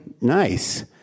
nice